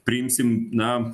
priimsim na